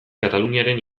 kataluniaren